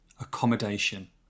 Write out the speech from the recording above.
accommodation